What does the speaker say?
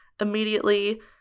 Immediately